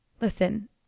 listen